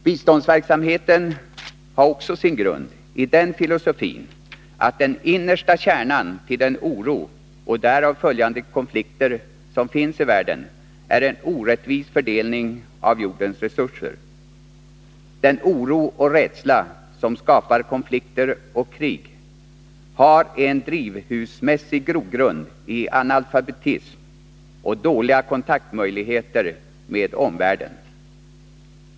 Biståndsverksamheten har också sin grund i filosofin, att den innersta kärnan till den oro och därav följande konflikter som finns i världen är en orättvis fördelning av jordens resurser. Den oro och rädsla som skapar konflikter och krig har en drivhusmässig grogrund i analfabetism och dåliga möjligheter till kontakt med omvärlden.